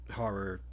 horror